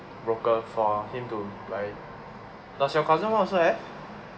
broker for him to like does your cousin one also have